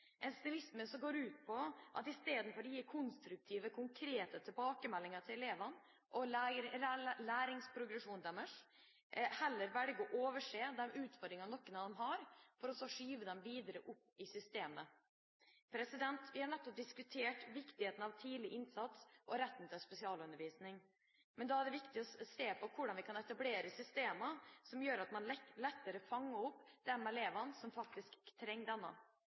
en snillisme som går ut på at en istedenfor å gi konstruktive, konkrete tilbakemeldinger til elevene om læringsprogresjonen deres velger å overse de utfordringene noen av dem har, for å skyve dem videre opp i systemet. Vi har nettopp diskutert viktigheten av tidlig innsats og retten til spesialundervisning. Men da er det viktig å se på hvordan vi kan etablere systemer som gjør at man lettere fanger opp de elevene som faktisk trenger denne.